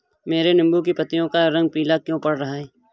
मेरे नींबू की पत्तियों का रंग पीला क्यो पड़ रहा है?